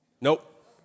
Nope